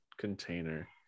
container